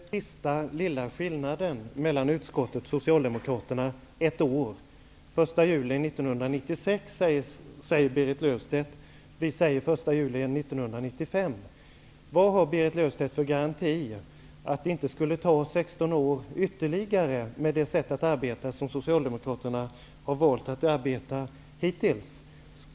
Herr talman! Nu framstår den sista lilla skillnaden mellan utskottsmajoriteten och Socialdemokraterna -- ett år. Berit Löfstedt säger den 1 juli 1996, medan vi säger den 1 juli 1995. Vad har Berit Löfstedt för garanti för att det inte skulle ta ytterligare 16 år med det sätt på vilket Socialdemokraterna hittills har valt att arbeta på?